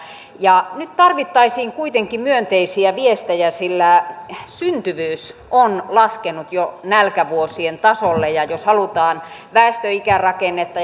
nyt tarvittaisiin myönteisiä viestejä sillä syntyvyys on laskenut jo nälkävuosien tasolle jos halutaan väestön ikärakennetta